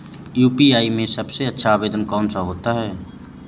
UPI में सबसे अच्छा आवेदन कौन सा होता है?